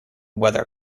weather